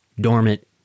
dormant